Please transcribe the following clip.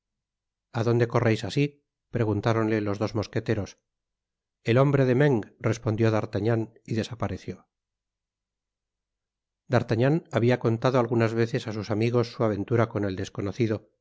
a dónde correis así preguntáronle los dos mosqueteros el hombre de meung respondió d'artagnan y desapareció d'artagnan habia contado algunas veces á sus amigos su aventura con el desconocido